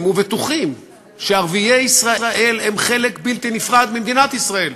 ובטוחים שערביי ישראל הם חלק בלתי נפרד ממדינת ישראל.